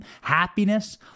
happiness